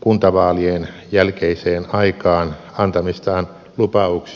kuntavaalien jälkeiseen aikaan antamistaan lupauksista välittämättä